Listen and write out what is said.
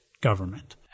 government